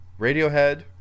Radiohead